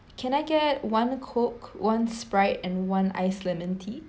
can I get one coke one Sprite and one iced lemon tea